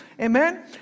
Amen